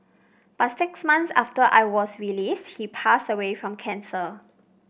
but six months after I was released he passed away from cancer